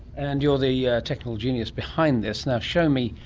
and you're the yeah technical genius behind this. show me,